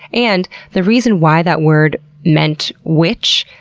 and the reason why that word meant witch,